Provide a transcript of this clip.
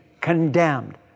condemned